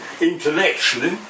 intellectually